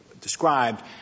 described